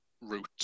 route